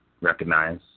recognize